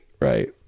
right